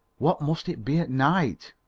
what must it be at night!